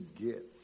get